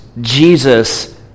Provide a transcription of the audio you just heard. Jesus